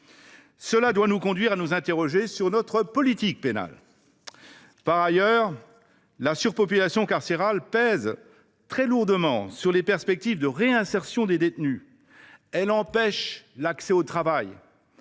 Cela doit nous conduire à nous interroger sur notre politique pénale. Par ailleurs, la surpopulation carcérale pèse très lourdement sur les perspectives de réinsertion des détenus, elle empêche l’accès au travail